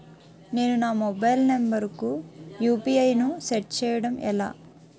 నేను నా mobile number కుయు.పి.ఐ ను సెట్ చేయడం ఎలా?